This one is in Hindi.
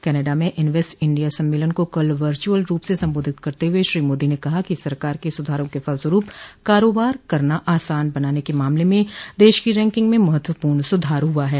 कनाडा में इन्वेस्ट इंडिया सम्मेलन को कल वर्चुअल रूप से संबोधित करते हुए श्री मोदी ने कहा कि सरकार के सुधारों के फलस्वरूप कारोबार करना आसान बनाने के मामले में देश की रैंकिंग में महत्वपूर्ण सुधार हुआ है